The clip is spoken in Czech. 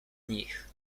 nich